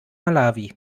malawi